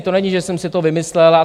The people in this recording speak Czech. To není, že jsem si to vymyslel.